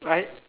right